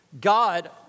God